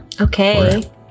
Okay